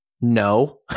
no